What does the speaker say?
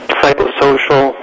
psychosocial